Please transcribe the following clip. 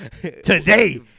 today